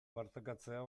partekatzea